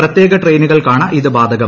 പ്രത്യേക ട്രെയിനുകൾക്കാണ് ഇത്ത് പ്രബാധകം